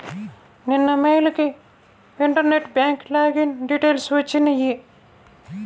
నిన్న మెయిల్ కి internet bank login details వచ్చినియ్యి